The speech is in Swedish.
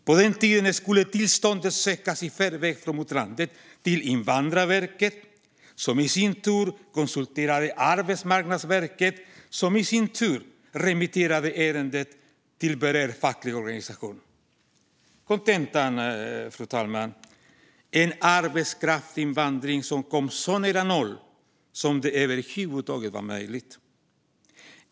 På den tiden skulle tillståndet sökas i förväg från utlandet från Invandrarverket, som i sin tur konsulterade Arbetsmarknadsverket, som i sin tur remitterade ärendet till berörd facklig organisation. Kontentan, fru talman, blev en arbetskraftsinvandring som kom så nära noll som det över huvud taget var möjligt.